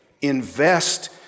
Invest